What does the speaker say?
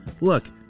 Look